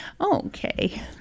Okay